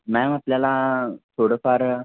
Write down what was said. ma'am आपल्याला थोडंफार